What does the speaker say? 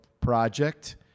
project